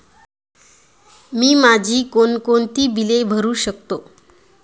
मी माझी कोणकोणती बिले भरू शकतो?